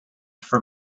for